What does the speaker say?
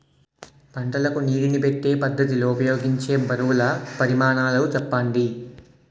పంటలకు నీటినీ పెట్టే పద్ధతి లో ఉపయోగించే బరువుల పరిమాణాలు చెప్పండి?